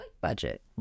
Budget